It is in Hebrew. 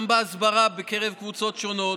גם בהסברה בקרב קבוצות שונות,